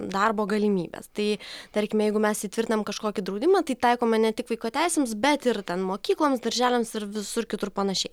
darbo galimybes tai tarkime jeigu mes įtvirtinam kažkokį draudimą tai taikome ne tik vaiko teisėms bet ir ten mokykloms darželiams ir visur kitur panašiai